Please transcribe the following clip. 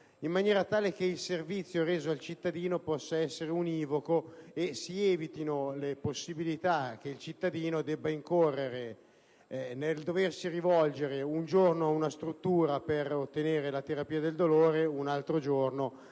in maniera tale che il servizio reso al cittadino possa essere univoco e si eviti il rischio che il cittadino debba rivolgersi un giorno ad una struttura per poter ottenere la terapia del dolore e un altro giorno